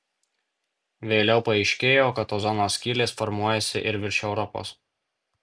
vėliau paaiškėjo kad ozono skylės formuojasi ir virš europos